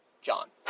John